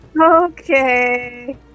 okay